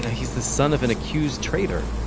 he's the son of an accused traitor.